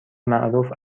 معروف